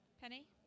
Penny